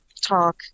talk